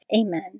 Amen